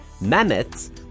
Mammoths